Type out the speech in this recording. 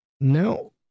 No